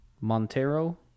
Montero